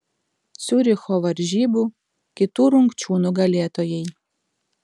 ciuricho varžybų kitų rungčių nugalėtojai